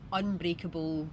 unbreakable